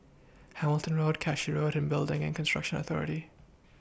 Hamilton Road Cashew Road and Building and Construction Authority